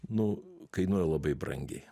nu kainuoja labai brangiai